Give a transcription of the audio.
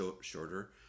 shorter